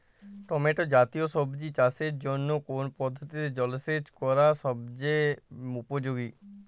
Tomato জাতীয় সবজি চাষের জন্য কোন পদ্ধতিতে জলসেচ করা সবচেয়ে উপযোগী?